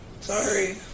Sorry